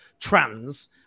trans